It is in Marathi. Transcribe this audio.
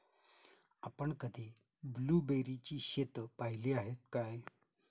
आपण कधी ब्लुबेरीची शेतं पाहीली आहेत काय?